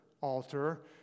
altar